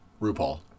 RuPaul